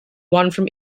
one